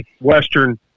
Western